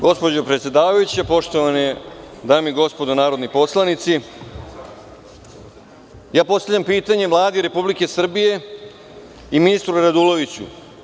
Gospođo predsedavajuća, poštovane dame i gospodo narodni poslanici, postavljam pitanje Vladi Republike Srbije i ministru Raduloviću.